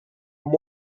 مرغ